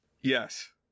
Yes